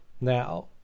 Now